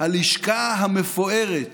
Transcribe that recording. הלשכה המפוארת